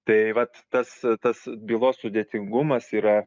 tai vat tas tas bylos sudėtingumas yra